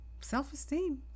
self-esteem